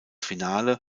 finale